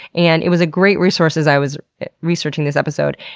and it was a great resource as i was researching this episode.